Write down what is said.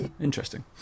interesting